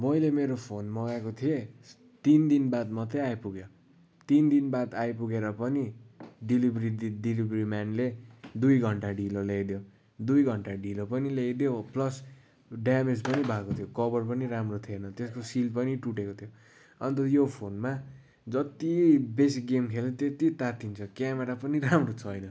मैले मेरो फोन मगाएको थिएँ तिन दिन बाद मात्रै आइपुग्यो तिन दिन बाद आइपुगेर पनि डेलिभरी ढि डेलिभरी म्यानले दुई घन्टा ढिलो ल्याइदियो दुई घन्टा ढिलो पनि ल्याइदियो प्लस ड्यामेज पनि भएको थियो कभर पनि राम्रो थिएन त्यसको सिल पनि टुटेको थियो अन्त यो फोनमा जति बेसी गेम खेल्यो तेति तातिन्छ केमेरा पनि राम्रो छैन